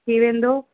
थी वेंदो